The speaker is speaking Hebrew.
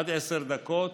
עד עשר דקות,